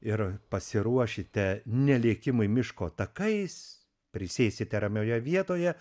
ir pasiruošite ne lėkimui miško takais prisėsite ramioje vietoje